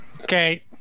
Okay